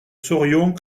saurions